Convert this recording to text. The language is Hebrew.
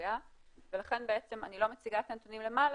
לפוגע ולכן בעצם אני לא מציגה את הנתונים למעלה